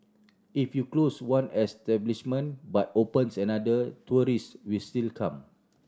if you close one establishment but opens another tourist will still come